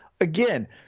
Again